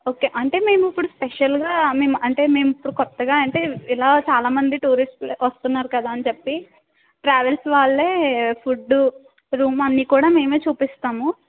okay అంటే మేము ఇప్పుడు స్పెషల్గా మేము అంటే మేము ఇప్పుడు కొత్తగా అంటే ఇలా చాలామంది టూరిస్ట్లు వస్తున్నారు కదా అని చెప్పి ట్రావెల్స్ వాళ్ళే ఫుడ్డు రూమ్ అన్నీ కూడా మేమే చూపిస్తాము